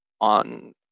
on